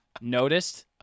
noticed